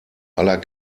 aller